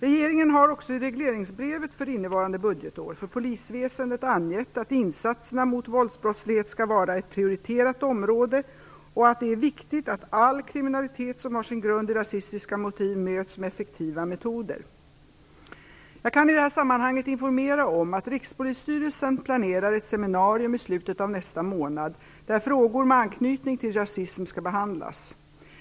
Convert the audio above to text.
Regeringen har också i regleringsbrevet för innevarande budgetår för polisväsendet angett att insatserna mot våldsbrottslighet skall vara ett prioriterat område och att det är viktigt att all kriminalitet som har sin grund i rasistiska motiv möts med effektiva metoder. Jag kan i det här sammanhanget informera om att Rikspolisstyrelsen planerar ett seminarium i slutet av nästa månad där frågor med anknytning till rasism skall behandlas.